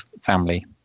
family